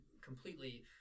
completely